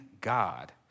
God